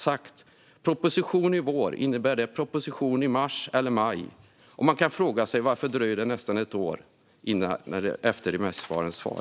Innebär proposition i vår proposition i mars eller maj? Man kan fråga sig varför det dröjer nästan ett år efter remissinstansernas svar.